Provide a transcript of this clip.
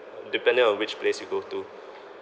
depending on which place you go to